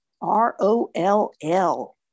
R-O-L-L